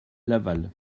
laval